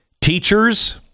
Teachers